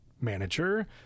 manager